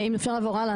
אם אפשר לעבור הלאה,